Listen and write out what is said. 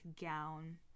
gown